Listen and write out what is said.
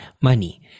money